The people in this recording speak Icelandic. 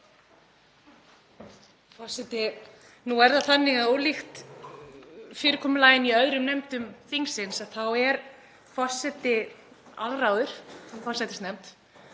Nú er það þannig að ólíkt fyrirkomulaginu í öðrum nefndum þingsins er forseti alráður í forsætisnefnd.